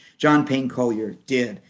john payne collier, did.